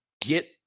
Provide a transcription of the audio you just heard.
Get